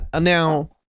Now